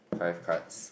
five cards